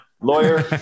lawyer